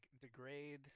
degrade